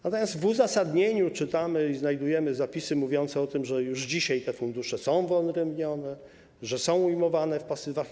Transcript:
Natomiast w uzasadnieniu czytamy i znajdujemy zapisy mówiące o tym, że już dzisiaj te fundusze są wyodrębnione, że są ujmowane w pasywach.